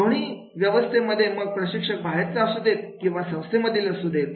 दोन्ही व्यवस्थेमध्ये मग प्रशिक्षक बाहेरचा असू देत किंवा संस्थेमधीलअसू देत